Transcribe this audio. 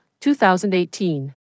2018